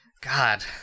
God